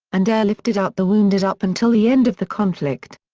and airlifted out the wounded up until the end of the conflict.